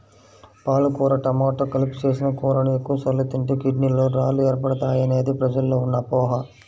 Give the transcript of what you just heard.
పాలకూర టమాట కలిపి చేసిన కూరని ఎక్కువ సార్లు తింటే కిడ్నీలలో రాళ్లు ఏర్పడతాయనేది ప్రజల్లో ఉన్న అపోహ